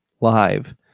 live